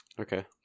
okay